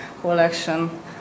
collection